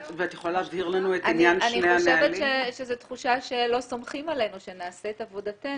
אני חושבת שזו תחושה שלא סומכים עלינו שנעשה את עבודתנו.